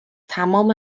تمام